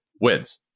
wins